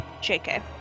jk